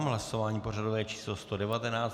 Hlasování pořadové číslo 119.